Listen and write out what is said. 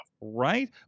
right